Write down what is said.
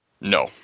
No